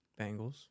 Bengals